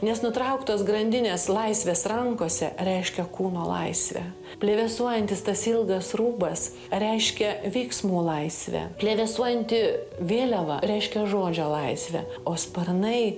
nes nutrauktos grandinės laisvės rankose reiškia kūno laisvę plevėsuojantis tas ilgas rūbas reiškia veiksmų laisvę plevėsuojanti vėliava reiškia žodžio laisvę o sparnai